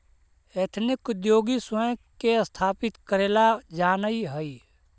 ethnic उद्योगी स्वयं के स्थापित करेला जानऽ हई